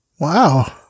Wow